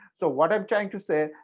so what i'm trying to say,